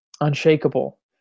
unshakable